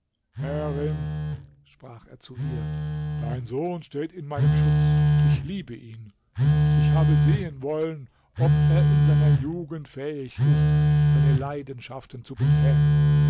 herrin sprach er zu ihr dein sohn steht in meinem schutz ich liebe ihn ich habe sehen wollen ob er in seiner jugend fähig ist seine leidenschaften zu bezähmen